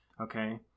Okay